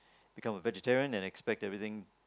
become a vegetarian and expect everything